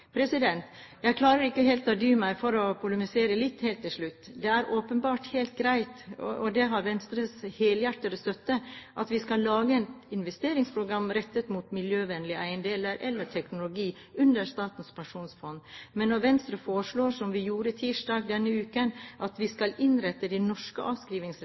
Jeg klarer ikke helt å dy meg for å polemisere litt helt til slutt. Det er åpenbart helt greit – og det har Venstres helhjertede støtte – at vi skal lage et investeringsprogram rettet mot miljøvennlige eiendeler eller teknologi under Statens pensjonsfond. Men når Venstre foreslår, som vi gjorde tirsdag denne uken, at vi skal innrette de norske